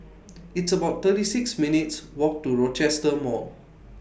It's about thirty six minutes' Walk to Rochester Mall